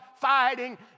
fighting